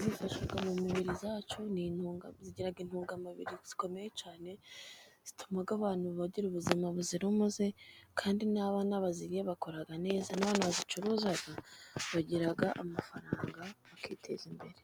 zifasha mu mibiri yacu, zigira intungamubiri zikomeye cyane. Zituma abantu bagira ubuzima buzira umuze, kandi n'abana baziriye bakura neza, n'abantu bazicuruza bagira amafaranga bakiteza imbere.